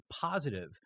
positive